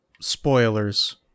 spoilers